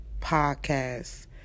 Podcast